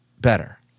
better